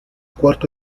cuarto